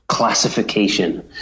classification